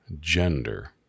gender